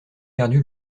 perdu